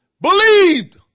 believed